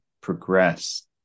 progress